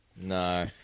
No